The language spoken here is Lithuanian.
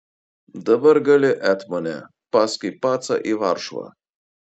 dabar gali etmone paskui pacą į varšuvą